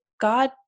God